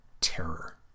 terror